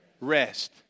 Rest